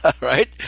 right